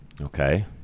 Okay